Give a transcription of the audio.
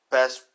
Best